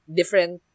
different